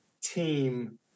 team